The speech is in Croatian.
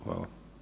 Hvala.